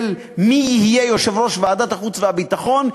מי יהיה יושב-ראש ועדת החוץ והביטחון,